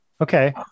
Okay